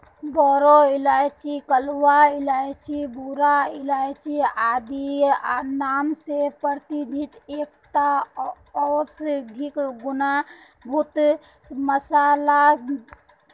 बोरो इलायची कलवा इलायची भूरा इलायची आदि नाम स प्रसिद्ध एकता औषधीय गुण युक्त मसाला छिके